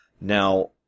Now